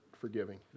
forgiving